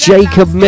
Jacob